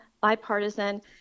bipartisan